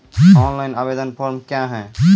Online आवेदन form क्या हैं?